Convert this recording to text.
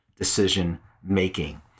decision-making